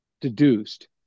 deduced